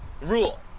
rule